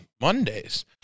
Mondays